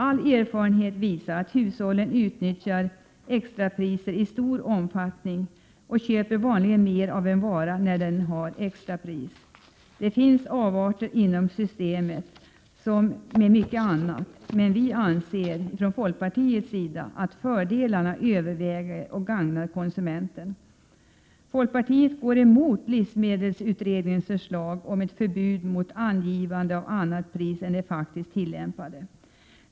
All erfarenhet visar att hushållen utnyttjar extrapriser i stor omfattning och vanligen köper mer av en vara när den har extrapris. Det finns avarter inom systemet, som med mycket annat, men vi från folkpartiets sida anser att fördelarna överväger och gagnar konsumenten. Folkpartiet går emot livsmedelsutredningens förslag om ett förbud mot angivande av annat pris än det faktiskt tillämpade.